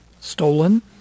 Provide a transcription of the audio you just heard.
stolen